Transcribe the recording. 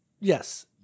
Yes